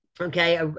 Okay